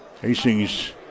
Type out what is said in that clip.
Hastings